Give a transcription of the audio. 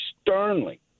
sternly